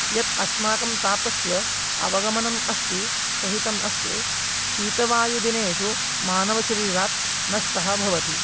यत् अस्माकं तापस्य अवगमनम् अस्ति सहितम् अस्ति शीतवायुदिनेषु मानवशरीरं नष्टं भवति